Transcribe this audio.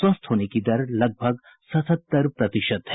स्वस्थ होने की दर लगभग सतहत्तर प्रतिशत है